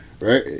right